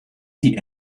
die